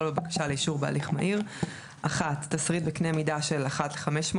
בבקשה לאישור בהליך מהיר (1)תשריט בקנה מידה של 1:500,